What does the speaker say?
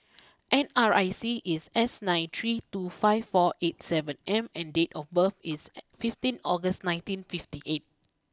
N R I C is S nine three two five four eight seven M and date of birth is fifteen August nineteen fifty eight